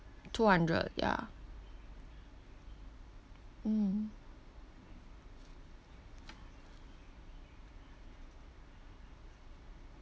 two hundred ya mm oh